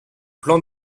plan